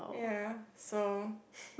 ya so